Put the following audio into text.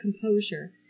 composure